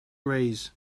reyes